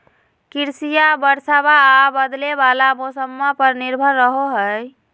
कृषिया बरसाबा आ बदले वाला मौसम्मा पर निर्भर रहो हई